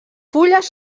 fulles